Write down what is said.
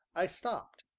i stopped.